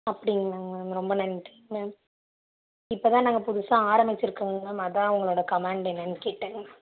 அப்படிங்களாங்க ma'am ரொம்ப நன்றி ma'am இப்போ தான் நாங்கள் புதுசாக ஆரமிச்சிருக்கிறோங்க மேம் அதுதான் உங்களோடய கமேண்ட் என்னென்னு கேட்டேங்க